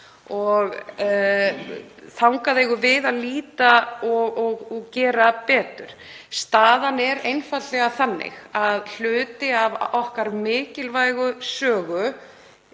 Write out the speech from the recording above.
Þangað eigum við að líta og gera betur. Staðan er einfaldlega þannig að hluti af okkar mikilvægu sögu